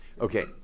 Okay